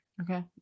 Okay